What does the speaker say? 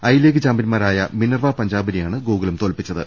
I League ചാംപ്യൻമാ രായ Minerva പഞ്ചാബിനെയാണ് ഗോകുലം തോൽപ്പി ച്ചത്